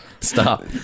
Stop